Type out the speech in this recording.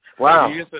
Wow